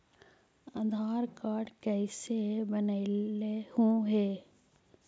आधार card कईसे बनैलहु हे?